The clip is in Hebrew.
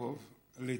יעקב ליצמן,